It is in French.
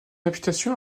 imputation